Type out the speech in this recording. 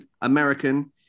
American